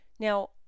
Now